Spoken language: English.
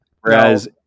Whereas